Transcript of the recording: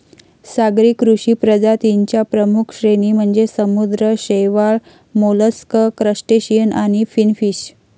सागरी कृषी प्रजातीं च्या प्रमुख श्रेणी म्हणजे समुद्री शैवाल, मोलस्क, क्रस्टेशियन आणि फिनफिश